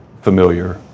familiar